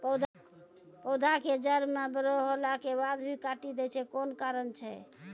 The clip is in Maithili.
पौधा के जड़ म बड़ो होला के बाद भी काटी दै छै कोन कारण छै?